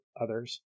others